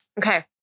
okay